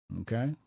Okay